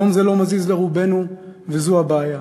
יום זה לא מזיז לרובנו, וזו הבעיה.